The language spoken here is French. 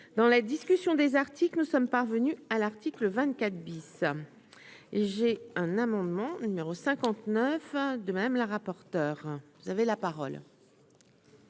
dans la discussion des articles, nous sommes parvenus à l'article 24 bis et j'ai un amendement numéro 59 de même la rapporteure, vous avez la parole.